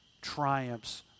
triumphs